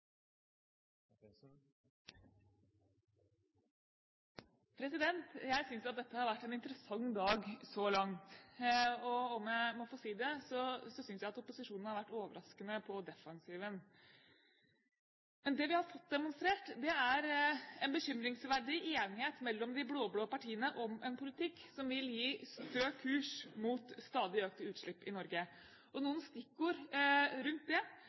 framover. Jeg synes at dette har vært en interessant dag så langt, og jeg synes – om jeg må få si det – at opposisjonen har vært overraskende på defensiven. Men det vi har fått demonstrert, er en bekymringsverdig enighet mellom de blå-blå partiene om en politikk som vil gi stø kurs mot stadig økte utslipp i Norge. Noen stikkord rundt det